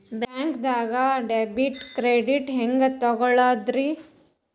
ಬ್ಯಾಂಕ್ದಾಗ debit card ಹೆಂಗ್ ತಗೊಳದ್ರಿ?